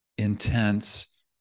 intense